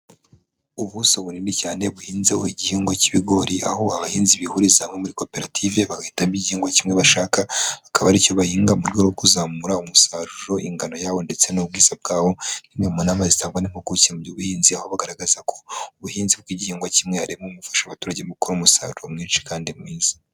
Ubuso bunini cyane buhinzeho igihingwa cy'ibigori, aho abahinzi bihuriza hamwe muri koperative bagahitamo igihingwa kimwe bashaka, bakaba ari cyo bahinga, mu rwego rwo kuzamura umusaruro, ingano yabo, ndetse n'ubwiza bwawo, imwe mu nama zitangwa n'impuguke mu by'ubuhinzi, aho bagaragaza ko ubuhinzi bw'igihingwa kimwe, ari bumwe mu bufasha abaturage mu gukora umusaruro mwinshi kandi mwiza.